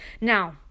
now